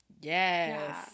Yes